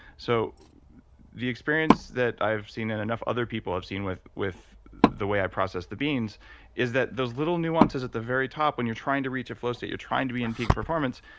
so the experience that i've seen and enough other people have seen with with the way i process the beans is that those little nuances at the very top when you're trying to reach a flow state, you're trying to be in peak performance,